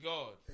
God